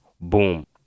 boom